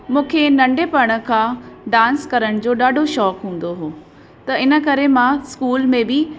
मूंखे नंढपण खां डांस करण जो ॾाढो शौक़ु हूंदो हो त इन करे मां स्कूल में बि